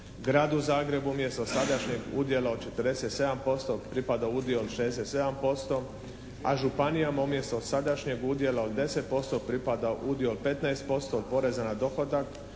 Gradu Zagrebu umjesto sadašnjeg udjela od 47% pripada udio od 67%. A županijama umjesto sadašnjeg udjela od 10% pripada udio od 15% poreza na dohodak